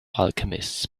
alchemists